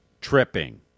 Tripping